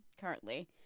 Currently